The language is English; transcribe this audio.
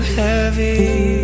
heavy